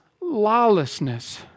lawlessness